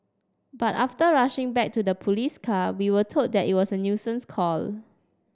but after rushing back to the police car we were told that it was a nuisance call